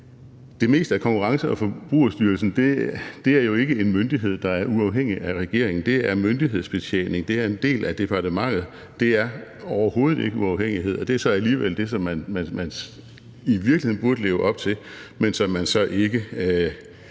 Det meste af Konkurrence- og Forbrugerstyrelsen er jo ikke en myndighed, der er uafhængig af regeringen; det er myndighedsbetjening, det er en del af departementet, det er overhovedet ikke uafhængighed. Og det er så alligevel det, som man i virkeligheden burde leve op til, men som man så ikke